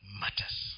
matters